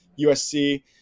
USC